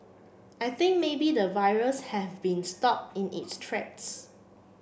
I think maybe the virus have been stopped in its tracks